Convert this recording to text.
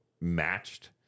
matched